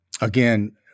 Again